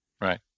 Right